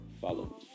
Follow